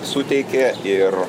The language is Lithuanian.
suteikė ir